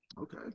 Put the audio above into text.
Okay